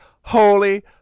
holy